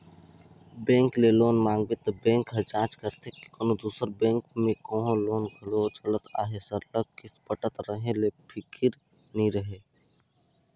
bank ले loan मांगबे त बेंक ह जांच करथे के कोनो दूसर बेंक में कहों लोन घलो चलत अहे सरलग किस्त पटत रहें ले फिकिर नी रहे